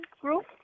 group